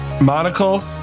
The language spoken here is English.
Monocle